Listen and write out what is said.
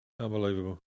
Unbelievable